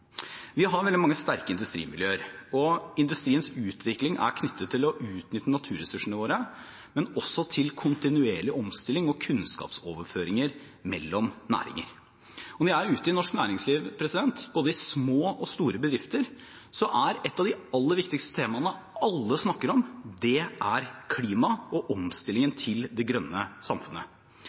Vi har veldig mange sterke industrimiljøer, og industriens utvikling er knyttet til å utnytte naturressursene våre, men også til kontinuerlig omstilling og til kunnskapsoverføring mellom næringer. Når jeg er ute i norsk næringsliv, både i små og store bedrifter, er et av de aller viktigste temaene alle snakker om, klima og omstillingen til det grønne samfunnet.